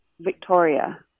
Victoria